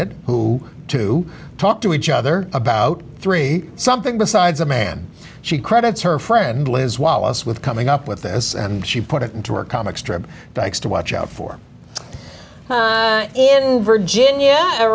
it who to talk to each other about three something besides a man she credits her friend liz wahl us with coming up with this and she put it into a comic strip dykes to watch out for in virginia a